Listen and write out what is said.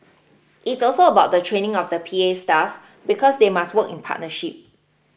it's also about the training of the P A staff because they must work in partnership